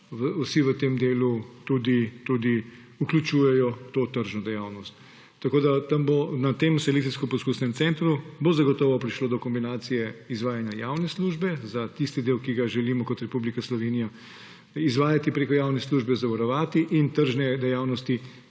vsi v tem delu vključujejo tudi to tržno dejavnost. Tako da tam bo na Selekcijsko-poskusnem centru zagotovo prišlo do kombinacije izvajanja javne službe za tisti del, ki ga želimo kot Republika Slovenija izvajati prek javne službe, zavarovati, in tržne dejavnosti,